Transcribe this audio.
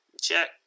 Check